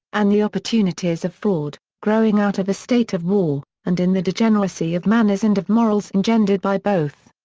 and the opportunities of fraud, growing out of a state of war, and in the degeneracy of manners and of morals engendered by both.